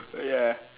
ya